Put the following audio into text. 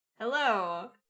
Hello